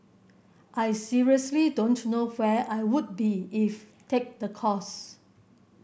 I seriously don't know where I would be if take the course